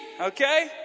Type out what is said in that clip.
Okay